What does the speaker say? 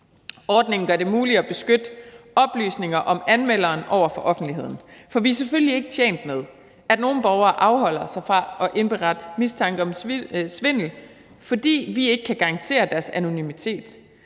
Ordningen gør det muligt at beskytte oplysninger om anmelderen over for offentligheden, for vi er selvfølgelig ikke tjent med, at nogle borgere afholder sig fra at indberette mistanke om svindel, fordi vi ikke kan garantere deres anonymitet.